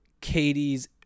Katie's